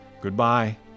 Goodbye